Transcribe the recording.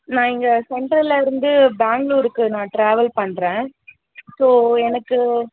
நான் இங்கே சென்ட்ரலில் இருந்து பேங்களுருக்கு நான் டிராவல் பண்ணுறேன் ஸோ எனக்கு